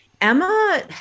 Emma